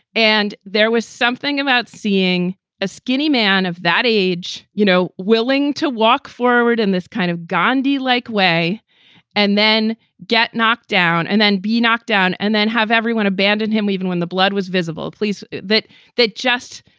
and there was something about seeing a skinny man of that age, you know, willing to walk forward in this kind of gandhi like way and then get knocked down and then be knocked down and then have everyone abandon him even when the blood was visible. police that that just,